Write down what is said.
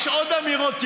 יש עוד אמירות.